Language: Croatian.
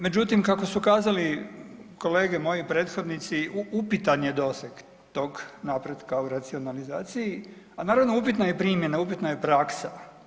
Međutim, kako su kazali kolege moji prethodnici upitan je doseg tog napretka o racionalizacija, a naravno upitna je i primjena, upitna je praksa.